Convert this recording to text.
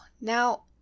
now